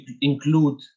include